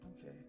Okay